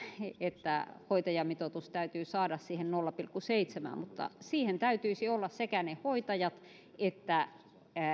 että hoitajamitoitus täytyy saada siihen nolla pilkku seitsemään mutta siihen täytyisi olla sekä ne hoitajat että